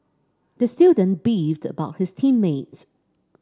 the student beefed about his team mates